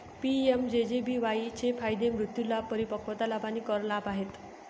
PMJJBY चे फायदे मृत्यू लाभ, परिपक्वता लाभ आणि कर लाभ आहेत